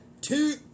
Two